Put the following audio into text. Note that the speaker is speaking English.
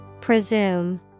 Presume